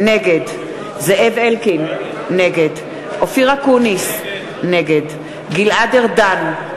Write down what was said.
נגד זאב אלקין, נגד אופיר אקוניס, נגד גלעד ארדן,